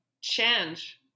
change